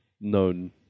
known